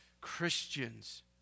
Christians